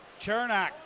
Chernak